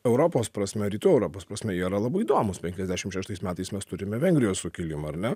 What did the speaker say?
europos prasme rytų europos prasme jie yra labai įdomūs penkiasdešim šeštais metais mes turime vengrijos sukilimą ar ne